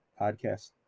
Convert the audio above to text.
podcast